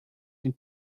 den